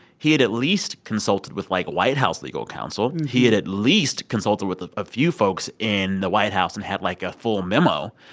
he had at least consulted with, like, white house legal counsel. he had at least consulted with a few folks in the white house and had, like, a full memo.